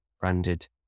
branded